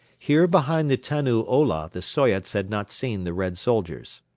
here behind the tannu ola the soyots had not seen the red soldiers.